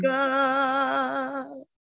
God